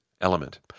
element